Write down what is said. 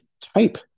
type